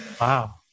Wow